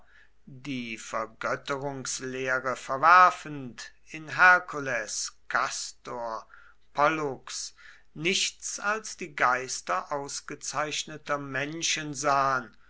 die vergötterungslehre verwerfend in hercules kastor pollux nichts als die geister ausgezeichneter menschen sahen